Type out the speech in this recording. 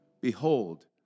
Behold